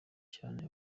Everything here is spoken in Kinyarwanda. cyane